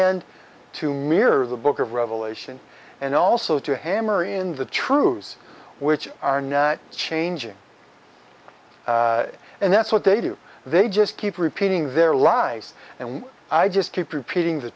end to mirror the book of revelation and also to hammer in the truths which are now changing and that's what they do they just keep repeating their lies and i just keep repeating the